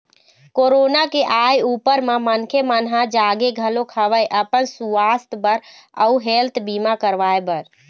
corona के आय ऊपर म मनखे मन ह जागे घलोक हवय अपन सुवास्थ बर अउ हेल्थ बीमा करवाय बर